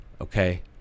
Okay